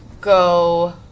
go